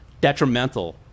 detrimental